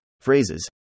phrases